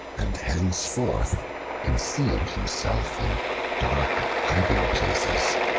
and henceforth concealed himself in dark hiding-places,